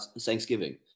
Thanksgiving